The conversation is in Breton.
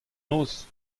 noz